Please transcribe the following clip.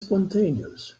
spontaneous